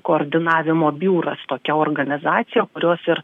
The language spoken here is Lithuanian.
koordinavimo biuras tokia organizacija kurios ir